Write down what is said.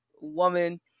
woman